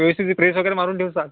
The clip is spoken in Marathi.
व्यवस्थित ती प्रेस वगैरे मारून ठेवशाल